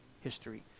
history